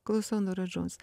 klausau nora džons